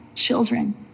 Children